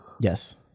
Yes